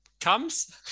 comes